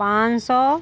पाँच सौ